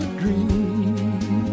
dream